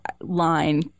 line